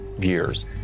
years